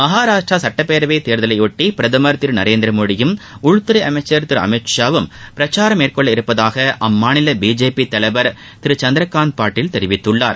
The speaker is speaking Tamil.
மகாராஷ்டரா சுட்ப் பேரவைத் தேர்தலையொட்டி பிரதமர் திரு நரேந்திரமோடியும் உள்துறை அமைச்சர் திரு அமித் ஷா வும் பிரச்சாரம் மேற்கொள்ள உள்ளதாக அம்மாநில பிஜேபி தலைவர் திரு சந்திரகாந்த் பாட்டில் தெரிவித்துள்ளார்